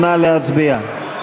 נא להצביע.